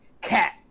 cat